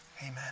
Amen